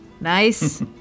Nice